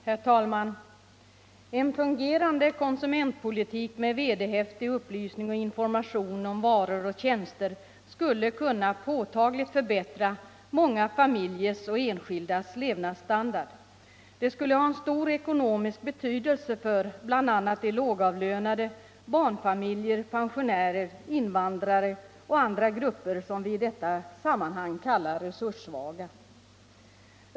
Herr talman! En fungerande konsumentpolitik med vederhäftig upplysning och information om varor och tjänster skulle kunna påtagligt förbättra många familjers och enskildas levnadsstandard. Det skulle ha stor ekonomisk betydelse för bl.a. de lågavlönade, barnfamiljer, pensionärer, invandrare och andra grupper, som vi i detta sammanhang kallar resurssvaga.